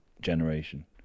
generation